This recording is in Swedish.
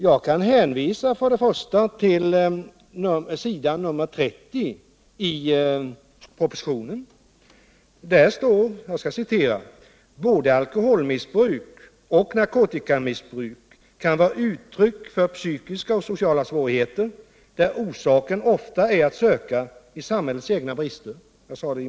Jag kan för det första hänvisa till s. 30 i propositionen. Där står: ” Både akoholmissbruk och narkotikamissbruk kan vara uttryck för psykiska och sociala svårigheter, där orsaken ofta är att söka i samhällets egna brister.